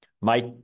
Mike